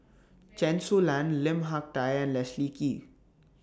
Chen Su Lan Lim Hak Tai and Leslie Kee